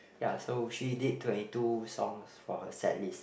so ya she did twenty two songs from her set list